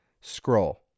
Scroll